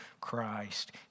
Christ